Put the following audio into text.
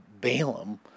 Balaam